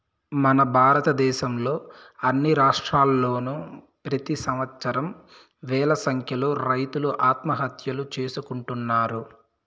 మన భారతదేశంలో అన్ని రాష్ట్రాల్లోనూ ప్రెతి సంవత్సరం వేల సంఖ్యలో రైతులు ఆత్మహత్యలు చేసుకుంటున్నారు